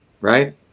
right